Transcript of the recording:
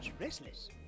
restless